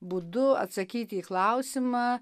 būdu atsakyti į klausimą